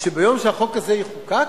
שביום שהחוק הזה יחוקק,